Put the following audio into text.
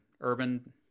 urban